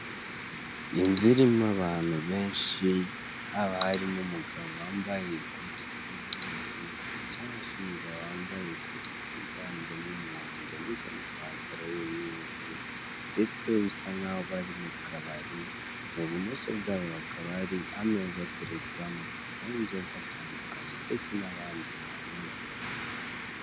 Inzu irimo abantu benshi, haba harimo umugabo wambaye ikote ry'umweru, cyangwa se umugabo wambaye ikote ryiganjeml umuhondo ndetse n'ipantaro y'umweru, ndetse bisa nkaho bari mukabari, ibumoso bwabo hakaba hari ameza ateretseho amacupa y'inzoga atandukanye ndetse n'abandi bantu....